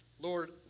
Lord